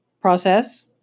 process